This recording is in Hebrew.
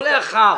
לא לאחר.